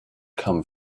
come